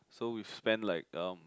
so we spent like um